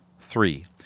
Three